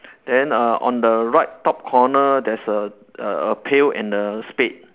then uh on the right top corner there's a a a pail and a spade